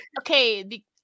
Okay